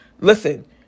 listen